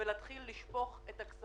ואני אספר לך עוד